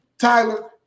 Tyler